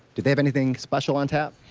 do they have anything special on tap?